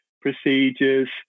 procedures